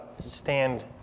stand